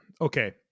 Okay